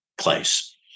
place